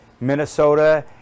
Minnesota